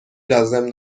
لازم